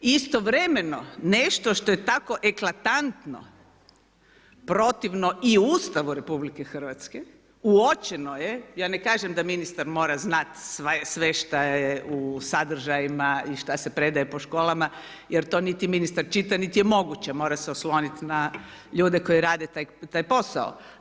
Istovremeno nešto što je tako eklatantno protivno i Ustavu RH, uočeno je, ja ne kažem da ministar mora znati sve šta je u sadržajima i šta se predaje po školama, niti to ministar čita, niti je moguće, mora se osloniti na ljude koji rade taj posao.